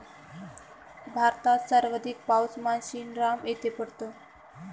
भारतात सर्वाधिक पाऊस मानसीनराम येथे पडतो